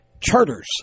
charters